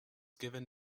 given